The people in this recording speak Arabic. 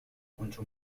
كنت